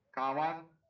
column